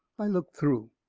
i looked through.